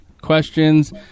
questions